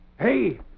Hey